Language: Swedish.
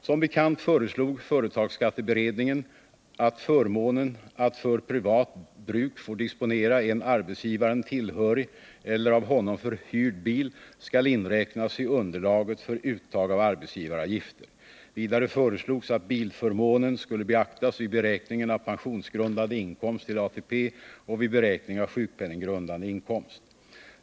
Som bekant föreslog företagsskatteberedningen att förmånen att för privat bruk få disponera en arbetsgivaren tillhörig eller av honom förhyrd bil skall inberäknas i. underlaget för uttag av arbetsgivaravgifter. Vidare föreslogs att bilförmånen skulle beaktas vid beräkning av pensionsgrundande inkomst till ATP och vid beräkning av sjukpenninggrundande inkomst.